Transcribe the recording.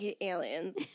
Aliens